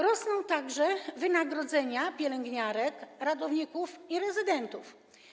Rosną także wynagrodzenia pielęgniarek, ratowników i rezydentów.